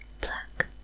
black